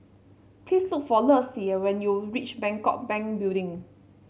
please look for Lexie when you reach Bangkok Bank Building